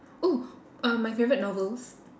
oh uh my favourite novels